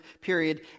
period